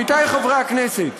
עמיתיי חברי הכנסת,